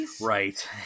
Right